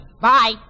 Bye